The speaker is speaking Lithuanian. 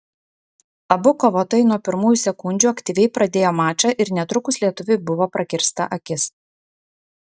abu kovotojai nuo pirmųjų sekundžių aktyviai pradėjo mačą ir netrukus lietuviui buvo prakirsta akis